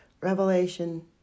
Revelation